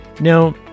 Now